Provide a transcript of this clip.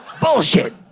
bullshit